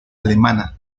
alemana